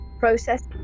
process